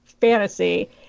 fantasy